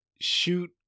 shoot